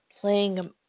playing